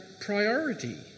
priority